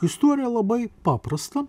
istorija labai paprasta